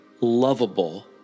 lovable